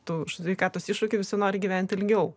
tų sveikatos iššūkių visi nori gyventi ilgiau